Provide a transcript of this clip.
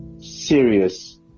serious